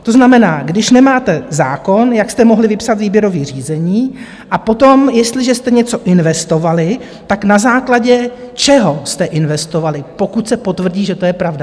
To znamená, když nemáte zákon, jak jste mohli vypsat výběrové řízení, a potom, jestliže jste něco investovali, na základě čeho jste investovali, pokud se potvrdí, že to je pravda.